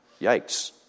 Yikes